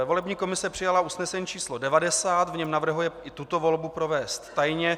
Volební komise přijala usnesení číslo 90, v něm navrhuje i tuto volbu provést tajně.